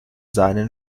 seinen